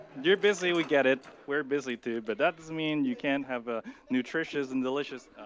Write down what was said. you're busy, we get it, we're busy too. but that doesn't mean you can't have a nutritious and delicious,